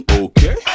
okay